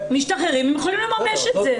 משתחררים, הם יכולים לממש את זה.